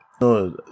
No